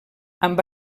amb